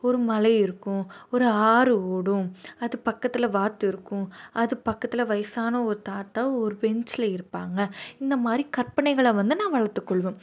ஒரு மலை இருக்கும் ஒரு ஆறு ஓடும் அது பக்கத்தில் வாத்து இருக்கும் அது பக்கத்தில் வயசான ஒரு தாத்தா ஒரு பென்ச்சில் இருப்பாங்கள் இந்த மாதிரி கற்பனைகளை வந்து நான் வளர்த்துக்கொள்வேன்